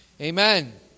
Amen